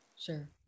Sure